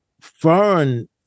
foreign